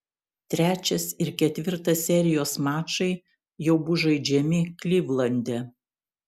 trečias ir ketvirtas serijos mačai jau bus žaidžiami klivlande